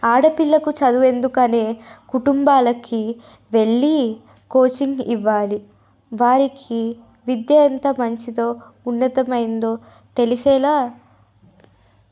ఆడ పిల్లకు చదువు ఎందుకనే కుటుంబాలకి వెళ్ళి కోచింగ్ ఇవ్వాలి వారికి విద్య ఎంత మంచిదో ఉన్నతమైందో తెలిసేలా